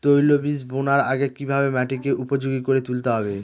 তৈলবীজ বোনার আগে কিভাবে মাটিকে উপযোগী করে তুলতে হবে?